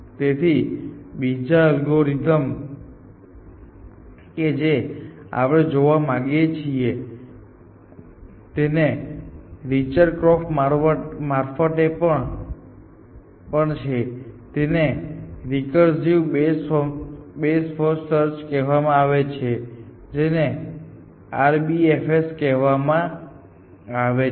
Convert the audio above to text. તેથી બીજા અલ્ગોરિધમ કે જે આપણે જોવા માંગીએ છીએ તેને રિચાર્ડ કોર્ફ મારફતે પણ છે તેને રિકર્સિવ બેસ્ટ ફર્સ્ટ સર્ચ કહેવામાં આવે છે જેને RBFS કહેવામાં આવે છે